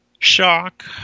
Shock